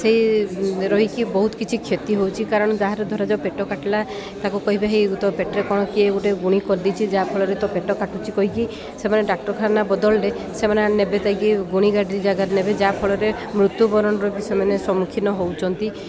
ସେଇ ରହିକି ବହୁତ କିଛି କ୍ଷତି ହେଉଛି କାରଣ ଯାହାର ଧର ଯେଉଁ ପେଟ କାଟିଲା ତାକୁ କହିବା ହେଇ ତ ପେଟରେ କ'ଣ କିଏ ଗୋଟେ ଗୁଣି କରିଦେଇଛି ଯାହାଫଳରେ ତ ପେଟ କାଟଛି କହିକି ସେମାନେ ଡାକ୍ଟରଖାନା ବଦଳିଲେ ସେମାନେ ନେବେ ଯାଇକି ଗୁଣି ଗାରିଡ଼ି ଜାଗାରେ ନେବେ ଯାହାଫଳରେ ମୃତ୍ୟୁବରଣର ବି ସେମାନେ ସମ୍ମୁଖୀନ ହେଉଛନ୍ତି